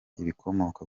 ibikomoka